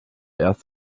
erst